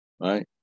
right